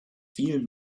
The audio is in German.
viel